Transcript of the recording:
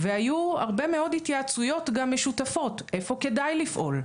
והיו הרבה מאוד התייעצויות גם משותפות איפה כדאי לפעול.